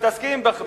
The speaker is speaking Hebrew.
מתעסקים בפלסטינים.